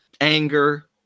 anger